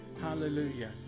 Hallelujah